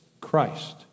Christ